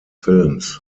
films